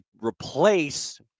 replace